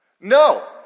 No